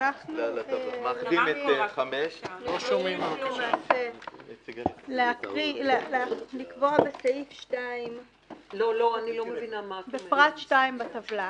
מאחדים את 5. בפרט 2 בטבלה,